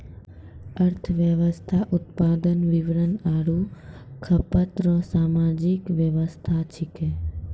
अर्थव्यवस्था उत्पादन वितरण आरु खपत रो सामाजिक वेवस्था छिकै